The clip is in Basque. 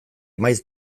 maiz